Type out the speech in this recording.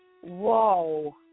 Whoa